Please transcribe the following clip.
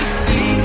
see